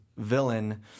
villain